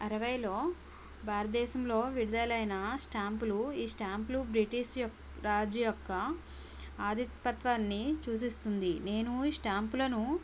అరవైలో భారతదేశంలో విడుదలైన స్టాంపులు ఈ స్టాంపులు బ్రిటిష్ యొక్ రాజు యొక్క ఆదిక్యత్వాన్ని సూచిస్తుంది నేను ఈ స్టాంపులను